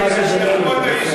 הוא, זה משהו בינינו, זה בסדר.